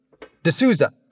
D'Souza